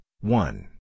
one